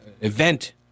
event